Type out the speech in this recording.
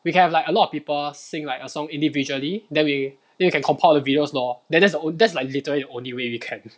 we can have like a lot of people sing like a song individually then we then we can compile the videos lor then that's that's like literally the only way we can